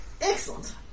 Excellent